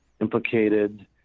implicated